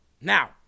Now